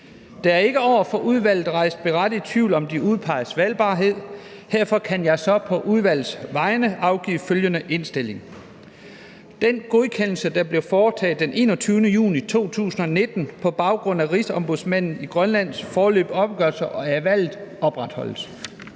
Der er ikke over for udvalget rejst berettiget tvivl om de udpegedes valgbarhed. Herefter kan jeg så på udvalgets vegne afgive følgende: Indstilling Den godkendelse, der blev foretaget den 21. juni 2019 på baggrund af Rigsombudsmanden i Grønlands foreløbige opgørelse af valget, opretholdes.